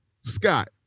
Scott